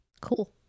Cool